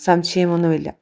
സംശയമൊന്നുമില്ല